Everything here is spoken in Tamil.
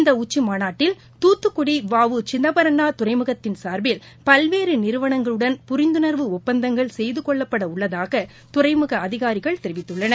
இந்தஉச்சிமாநாட்டில் துத்துக்குடி வ உ சிதம்பரனார் துறைமுகத்தின் சார்பில் பல்வேறுநிறுவனங்களுடன் புரிந்துணர்வு ஒப்பந்தங்கள் செய்துகொள்ளப்படஉள்ளதாகதுறைமுகஅதிகாரிகள் தெரிவித்துள்ளனர்